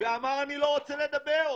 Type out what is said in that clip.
ולא רצה לדבר.